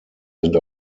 sind